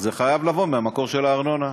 אז זה חייב לבוא מהמקור של הארנונה.